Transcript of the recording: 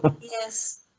Yes